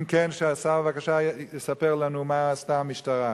אם כן, בבקשה, שהשר יספר לנו מה עשתה המשטרה.